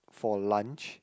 for lunch